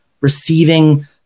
receiving